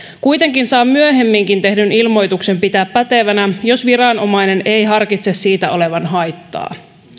kuitenkin saa myöhemminkin tehdyn ilmoituksen pitää pätevänä jos viranomainen ei harkitse siitä olevan haittaa